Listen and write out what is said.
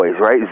right